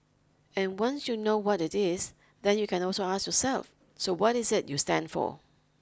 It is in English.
and once you know what it is then you can also ask yourself so what is it you stand for